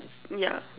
yeah